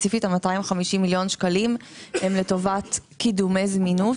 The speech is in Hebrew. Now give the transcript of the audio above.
ספציפית 250 מיליון השקלים הם לטובת קידומי זמינות,